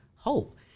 Hope